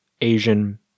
Asian